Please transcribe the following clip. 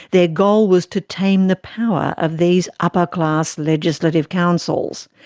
their goal was to tame the power of these upper-class legislative councils.